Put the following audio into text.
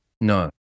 No